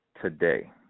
today